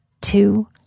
two